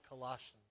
Colossians